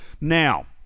Now